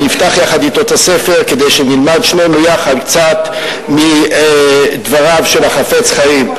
אני אפתח יחד אתו את הספר כדי שנלמד שנינו יחד קצת מדבריו של החפץ חיים.